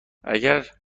اگر